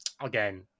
Again